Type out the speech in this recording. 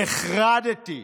נחרדתי: